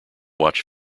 watch